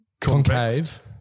Concave